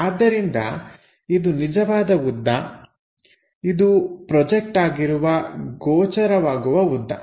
ಆದ್ದರಿಂದ ಇದು ನಿಜವಾದ ಉದ್ದ ಇದು ಪ್ರೊಜೆಕ್ಟ್ ಆಗಿರುವ ಗೋಚರವಾಗುವ ಉದ್ದ